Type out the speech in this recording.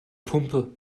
pumpe